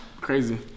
crazy